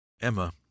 Emma